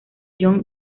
john